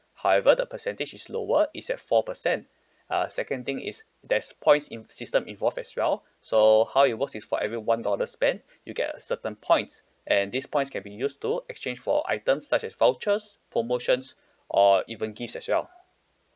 however the percentage is lower it's at four percent uh second thing is there's points im~ system involved as well so how it works is for every one dollar spent you get a certain points and these points can be used to exchange for items such as vouchers promotions or even gifts as well